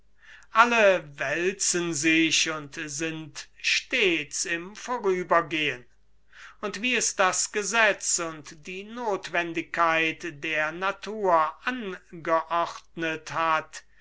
alle wälzen sich und sind stets im vorübergehen und wie es das gesetz und die nothwendigkeit der natur angeordnet hat